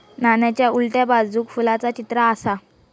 नाण्याच्या उलट्या बाजूक फुलाचा चित्र आसा